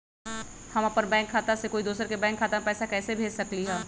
हम अपन बैंक खाता से कोई दोसर के बैंक खाता में पैसा कैसे भेज सकली ह?